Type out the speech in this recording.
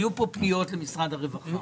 היו כאן פניות לגבי משרד הרווחה.